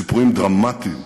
סיפורים דרמטיים,